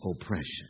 oppression